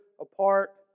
apart